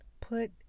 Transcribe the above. put